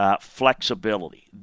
Flexibility